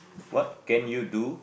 what can you do